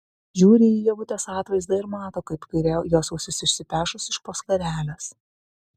žiūri į ievutės atvaizdą ir mato kaip kairė jos ausis išsipešus iš po skarelės